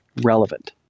relevant